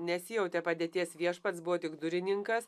nesijautė padėties viešpats buvo tik durininkas